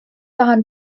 tahan